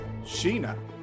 Sheena